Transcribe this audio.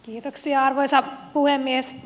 kiitoksia arvoisa puhemies